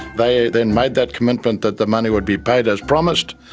they then made that commitment that the money would be paid as promised,